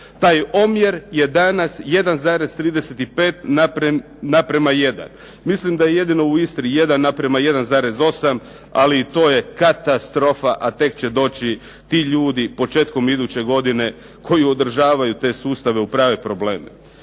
Taj omjer je danas 1,35:1. Mislim da je jedino u Istri 1:1,8, ali i to je katastrofa, a tek će doći ti ljudi početkom iduće godine koji održavaju te sustave u prave probleme.